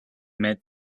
met